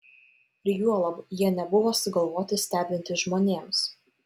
ir juolab jie nebuvo sugalvoti stebinti žmonėms